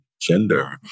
gender